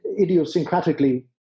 idiosyncratically